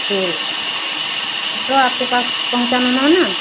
ठीक है तो आपके पास पहुंचाना नो न